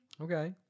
Okay